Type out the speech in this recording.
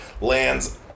Lands